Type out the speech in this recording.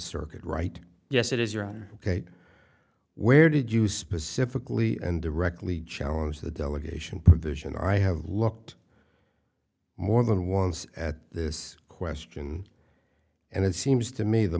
circuit right yes it is your honor ok where did you specifically and directly challenge the delegation provision i have looked more than once at this question and it seems to me the